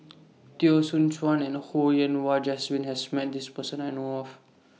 Teo Soon Chuan and Ho Yen Wah Jesmine has Met This Person I know of